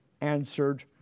answered